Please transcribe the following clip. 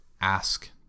ask